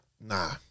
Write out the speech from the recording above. Nah